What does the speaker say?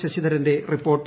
ശശിധരന്റെ report